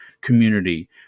community